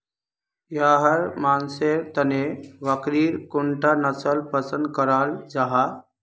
याहर मानसेर तने बकरीर कुंडा नसल पसंद कराल जाहा?